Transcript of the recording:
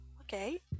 okay